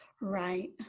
Right